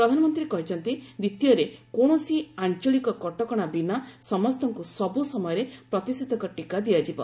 ପ୍ରଧାନମନ୍ତ୍ରୀ କହିଛନ୍ତି ଦ୍ୱିତୀୟରେ କୌଣସି ଆଞ୍ଚଳିକ କଟକଣା ବିନା ସମସ୍ତଙ୍କୁ ସବୁ ସମୟରେ ପ୍ରତିଷେଧକ ଟିକା ଦିଆଯିବା